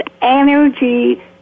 energy